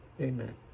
Amen